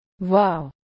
Wow